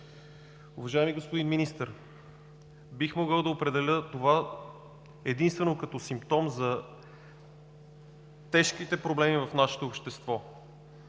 Уважаеми господин Министър, бих могъл да определя това единствено като симптом за тежките проблеми в нашето общество,